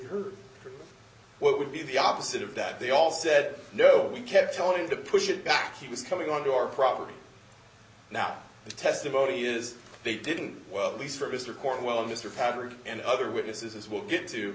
heard what would be the opposite of that they all said no we kept telling him to push it back he was coming onto our property now the testimony is they didn't well at least for mr cornwell mr packard and other witnesses as well get to